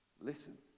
listen